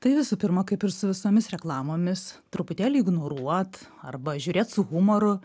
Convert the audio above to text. tai visų pirma kaip ir su visomis reklamomis truputėlį ignoruot arba žiūrėt su humoru